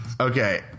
Okay